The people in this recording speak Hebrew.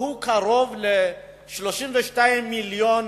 הוא קרוב ל-32 מיליון